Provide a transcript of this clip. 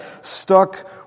stuck